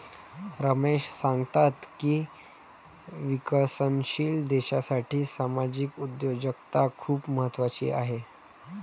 रमेश सांगतात की विकसनशील देशासाठी सामाजिक उद्योजकता खूप महत्त्वाची आहे